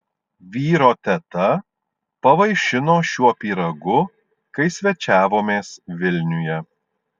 vyro teta pavaišino šiuo pyragu kai svečiavomės vilniuje